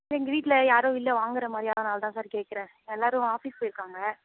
sir எங்கள் வீட்டில் யாரும் இல்லை வாங்குகிற மாதிரி அதனால் தான் சார் கேக்குறேன் எல்லோரும் ஆஃபீஸ் போய்ருக்காங்க